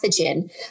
pathogen